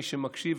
מי שמקשיב,